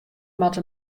moatte